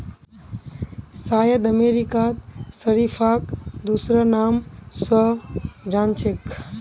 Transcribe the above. शायद अमेरिकात शरीफाक दूसरा नाम स जान छेक